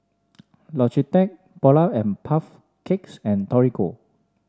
Logitech Polar and Puff Cakes and Torigo